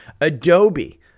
Adobe